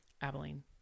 Abilene